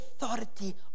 authority